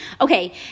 Okay